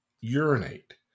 urinate